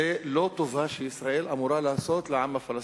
זאת לא טובה שישראל אמורה לעשות לעם הפלסטיני,